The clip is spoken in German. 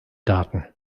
daten